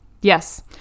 Yes